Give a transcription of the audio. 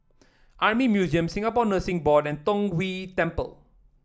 Army Museum Singapore Nursing Board and Tong Whye Temple